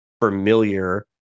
familiar